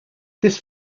this